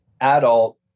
adult